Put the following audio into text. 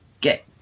get